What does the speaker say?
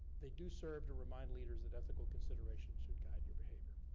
they do serve to remind leaders that ethical consideration should guide your behavior.